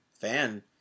fan